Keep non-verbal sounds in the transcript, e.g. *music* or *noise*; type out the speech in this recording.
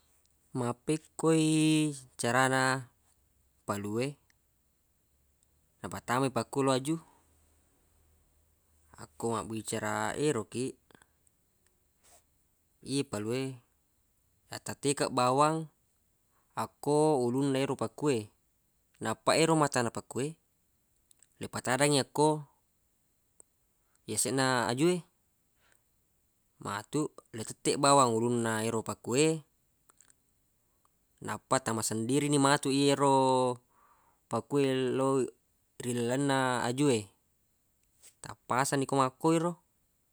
Mappekkoi carana palu e napatamai paku lo aju *noise* akko mabbicara ero kiq ye palue yattattekeng bawang akko ulunne ero paku e nappa ero matanna paku e le patadangngi akko yaseq na aju e matu le tetteq bawang ero ulunna pakue nappa tama sendiri ni matu yero paku e lo ri lalenna aju e tappasanni ko makkoi ro.